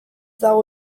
dago